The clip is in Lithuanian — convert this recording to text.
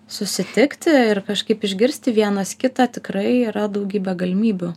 susitikti ir kažkaip išgirsti vienas kitą tikrai yra daugybė galimybių